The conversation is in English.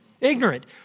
Ignorant